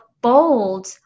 bold